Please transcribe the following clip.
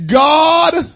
God